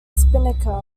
spinnaker